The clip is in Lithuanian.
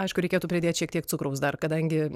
aišku reikėtų pridėt šiek tiek cukraus dar kadangi